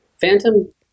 Phantom